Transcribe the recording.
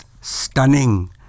stunning